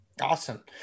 Awesome